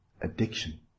addiction